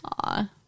Aw